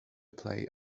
play